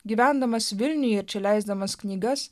gyvendamas vilniuje ir čia leisdamas knygas